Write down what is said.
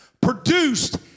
produced